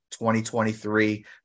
2023